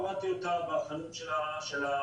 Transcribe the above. הורדתי אותה מהחנות של אנדרואיד.